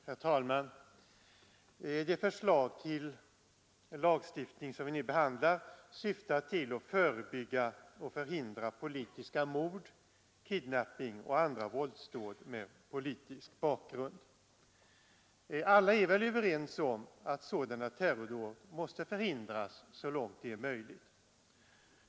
Herr talman! Det förslag till lagstiftning som vi nu behandlar syftar till att förebygga och förhindra politiska mord, kidnapping och andra våldsdåd med politisk bakgrund. Alla är väl överens om att sådana terrordåd måste förhindras så långt det är möjligt.